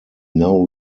now